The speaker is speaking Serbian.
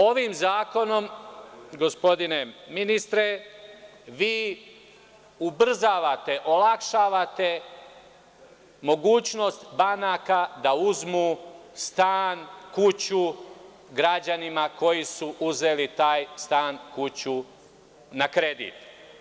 Ovim zakonom, gospodine ministre, vi ubrzavate, olakšavate mogućnost banaka da uzmu stan, kuću građanima koji su uzeli taj stan ili kuću na kredit.